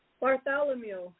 bartholomew